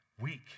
weak